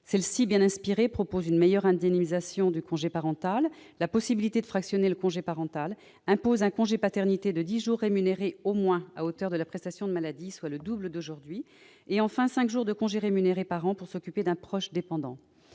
Celle-ci, bien inspirée, prévoit une meilleure indemnisation du congé parental et la possibilité de le fractionner, impose un congé paternité de dix jours rémunérés au moins à hauteur de la prestation de maladie, soit le double d'aujourd'hui, et cinq jours de congé rémunéré par an pour s'occuper d'un proche dépendant.